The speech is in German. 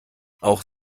auch